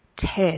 test